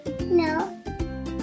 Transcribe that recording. No